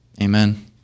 amen